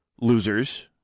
losers